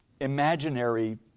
imaginary